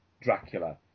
Dracula